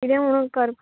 किदें म्हूण करप